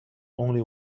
only